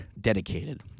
dedicated